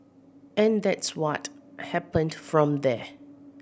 and that's what happened from there